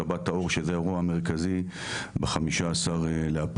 "שבת האור" שזה האירוע המרכזי ב-15 באפריל.